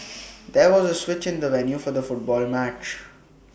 there was A switch in the venue for the football match